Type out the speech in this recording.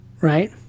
right